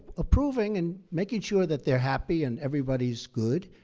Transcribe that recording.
approving and making sure that they're happy and everybody is good.